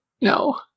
No